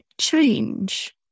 change